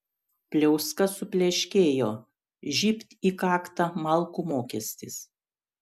pliauska supleškėjo žybt į kaktą malkų mokestis